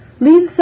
Leave